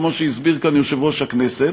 כמו שהסביר כאן יושב-ראש הכנסת,